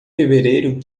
fevereiro